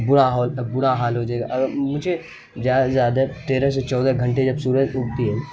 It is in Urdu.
برا حال برا حال ہو جائے گا اگر مجھے زیادہ زیادہ تیرہ سے چودہ گھنٹے جب سورج اگتی ہے